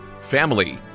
family